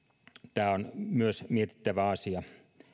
tämä on myös mietittävä asia